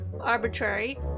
arbitrary